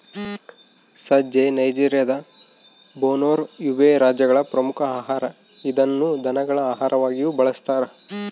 ಸಜ್ಜೆ ನೈಜೆರಿಯಾದ Borno, Yobe ರಾಜ್ಯಗಳ ಪ್ರಮುಖ ಆಹಾರ ಇದನ್ನು ದನಗಳ ಆಹಾರವಾಗಿಯೂ ಬಳಸ್ತಾರ